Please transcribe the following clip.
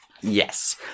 Yes